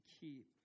keep